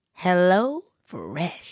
HelloFresh